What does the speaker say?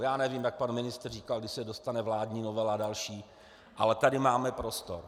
Já nevím, jak pan ministr říkal, kdy se dostane vládní novela a další, ale tady máme prostor.